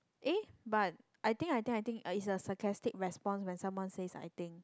eh but I think I think I think is a sarcastic response when someone says I think